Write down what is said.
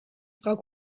frau